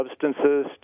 substances